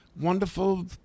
wonderful